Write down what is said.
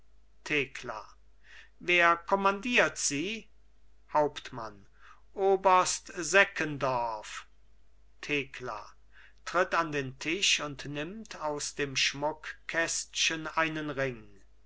thekla wer kommandiert sie hauptmann oberst seckendorf thekla tritt an den tisch und nimmt aus dem schmuckkästchen einen ring